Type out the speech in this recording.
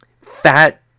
fat